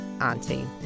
auntie